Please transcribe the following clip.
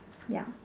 yup